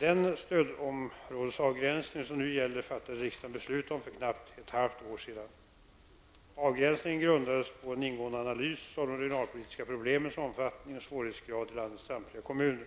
Den stödområdesavgränsning som nu gäller fattade riksdagen beslut om för knappt ett halvt år sedan. Avgränsningen grundades på en ingående analys av de regionalpolitiska problemens omfattning och svårighetsgrad i landets samtliga kommuner.